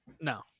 No